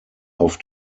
auf